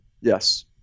Yes